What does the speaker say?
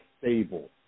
stable